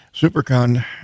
Supercon